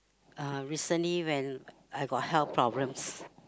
uh recently when I got health problems